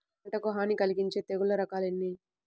పంటకు హాని కలిగించే తెగుళ్ల రకాలు ఎన్ని?